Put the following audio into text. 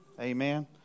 Amen